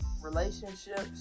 relationships